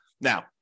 Now